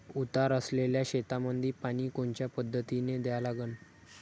उतार असलेल्या शेतामंदी पानी कोनच्या पद्धतीने द्या लागन?